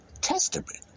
Testament